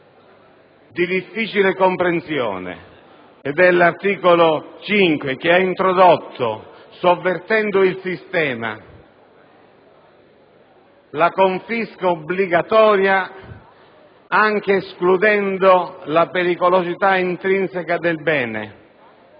di difficile comprensione: mi riferisco all'articolo 5, che ha introdotto, sovvertendo il sistema, la confisca obbligatoria dell'immobile, anche escludendo la pericolosità intrinseca del bene.